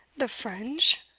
the french?